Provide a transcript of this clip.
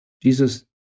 jesus